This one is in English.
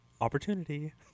Opportunity